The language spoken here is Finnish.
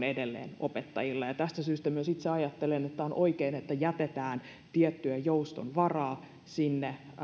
edelleen opettajilla tästä syystä myös itse ajattelen että on oikein että jätetään tiettyä jouston varaa